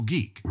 Geek